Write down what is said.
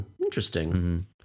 interesting